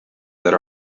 that